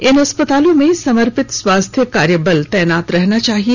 इन अस्पतालों में समर्पित स्वास्थ्य कार्य बल तैनात रहना चाहिए